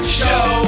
show